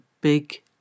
big